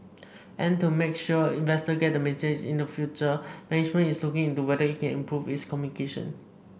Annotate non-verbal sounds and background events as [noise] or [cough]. and to make sure investor get [unintelligible] in the future management is looking into whether it can improve its communication